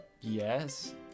yes